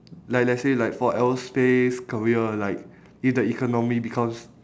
like let's say like for aerospace career like if the economy becomes